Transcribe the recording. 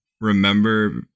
remember